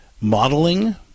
Modeling